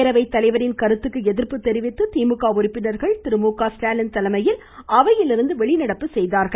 பேரவை தலைவரின் கருத்துக்கு எதிர்ப்பு தெரிவித்து திமுக உறுப்பினர்கள் திரு மு க ஸ்டாலின் தலைமையில் அவையிலிருந்து வெளிநடப்பு செய்தனர்